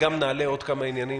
וגם נעלה עוד כמה עניינים